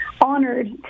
honored